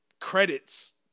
credits